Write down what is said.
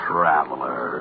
Traveler